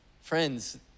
Friends